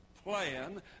Plan